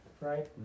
Right